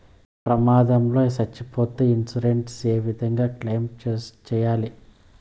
ప్రమాదం లో సచ్చిపోతే ఇన్సూరెన్సు ఏ విధంగా క్లెయిమ్ సేయాలి?